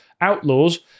Outlaws